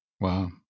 Wow